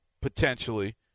potentially